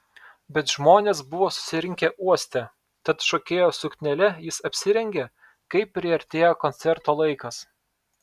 bet žmonės buvo susirinkę uoste tad šokėjos suknele jis apsirengė kai priartėjo koncerto laikas